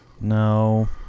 No